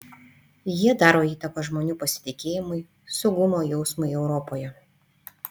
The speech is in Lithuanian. jie daro įtaką žmonių pasitikėjimui saugumo jausmui europoje